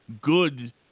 good